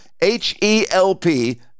H-E-L-P